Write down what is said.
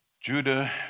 Judah